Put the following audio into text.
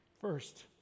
First